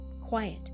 quiet